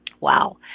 Wow